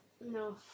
No